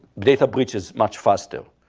data breaches much faster.